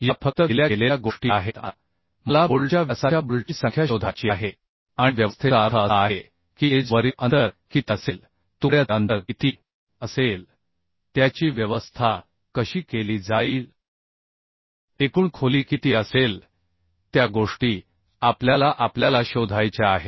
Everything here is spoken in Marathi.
तर या फक्त दिल्या गेलेल्या गोष्टी आहेत आता मला बोल्टच्या व्यासाच्या बोल्टची संख्या शोधायची आहे आणि व्यवस्थेचा अर्थ असा आहे की एज वरील अंतर किती असेल तुकड्याचे अंतर किती असेल त्याची व्यवस्था कशी केली जाईल एकूण खोली किती असेल त्या गोष्टी आपल्याला शोधायच्या आहेत